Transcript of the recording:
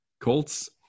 Colts